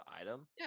item